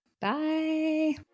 Bye